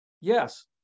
Yes